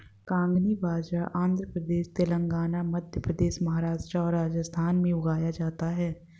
कंगनी बाजरा आंध्र प्रदेश, तेलंगाना, मध्य प्रदेश, महाराष्ट्र और राजस्थान में उगाया जाता है